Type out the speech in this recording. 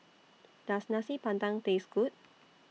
Does Nasi Padang Taste Good